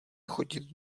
chodit